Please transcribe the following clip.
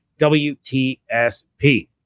WTSP